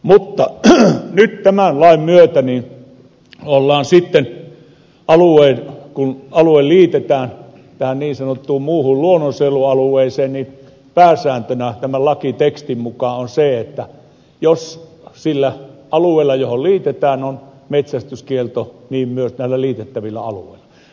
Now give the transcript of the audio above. mutta nyt tämän lain myötä kun alue liitetään tähän niin sanottuun muuhun luonnonsuojelualueeseen pääsääntönä tämän lakitekstin mukaan on se että jos sillä alueella johon liitetään on metsästyskielto niin myös näillä liitettävillä alueilla on metsästyskielto